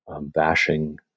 bashing